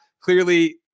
clearly